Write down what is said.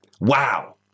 Wow